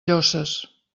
llosses